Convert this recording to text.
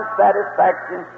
satisfaction